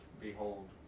behold